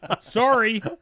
sorry